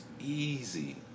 easy